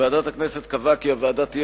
אדוני יושב-ראש ועדת הכנסת, הודעה.